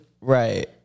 Right